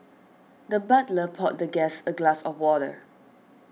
the butler poured the guest a glass of water